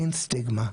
אין סטיגמה,